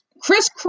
Chris